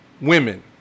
women